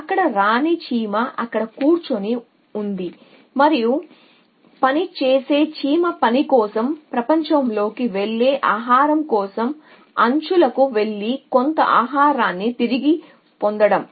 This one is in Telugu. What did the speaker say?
అక్కడ రాణి చీమ అక్కడ కూర్చొని ఉంది మరియు పని చేసే చీమ పని కోసం ప్రపంచంలోకి వెళ్లి ఆహారం కోసం అంచులకు వెళ్లి కొంత ఆహారాన్ని తిరిగి పొందడం